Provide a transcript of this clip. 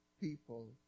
people